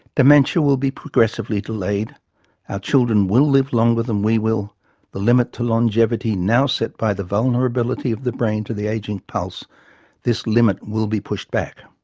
dementia will be progressively delayed our children will live longer than we will the limit to longevity now set by the vulnerability of the brain to the aging pulse this limit will be pushed back.